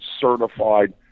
certified